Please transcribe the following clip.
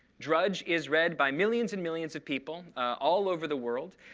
drudge is read by millions and millions of people all over the world.